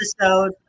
episode